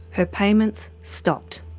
her payments stopped.